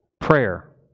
Prayer